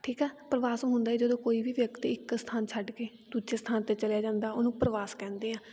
ਠੀਕ ਆ ਪ੍ਰਵਾਸ ਹੁੰਦਾ ਜਦੋਂ ਕੋਈ ਵੀ ਵਿਅਕਤੀ ਇੱਕ ਸਥਾਨ ਛੱਡ ਕੇ ਦੂਜੇ ਸਥਾਨ 'ਤੇ ਚਲਿਆ ਜਾਂਦਾ ਉਹਨੂੰ ਪ੍ਰਵਾਸ ਕਹਿੰਦੇ ਹੈ